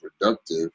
productive